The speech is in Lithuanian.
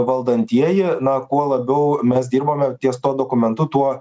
valdantieji na kuo labiau mes dirbome ties tuo dokumentu tuo